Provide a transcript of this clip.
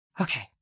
Okay